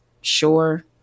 sure